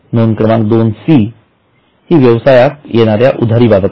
नोंद क्रमांक २ सी हि व्यवसायात येणाऱ्या उधारी बाबत असते